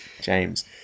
James